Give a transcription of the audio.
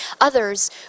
others